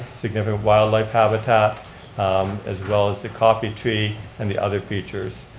significant wildlife habitat as well as the coffee tree and the other features.